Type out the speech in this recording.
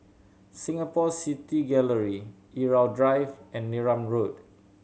Singapore City Gallery Irau Drive and Neram Road